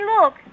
look